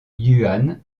yuan